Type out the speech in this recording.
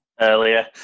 Earlier